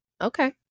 Okay